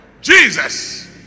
Jesus